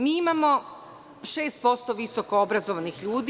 Mi imamo 6% visokoobrazovanih ljudi.